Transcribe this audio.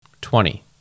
twenty